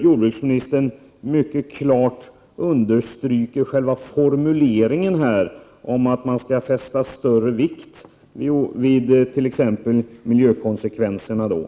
Jordbruksministern understryker ju mycket klart själva formuleringen här — dvs. att man skall fästa större vikt vid t.ex. miljökonsekvenserna. Prot.